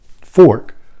fork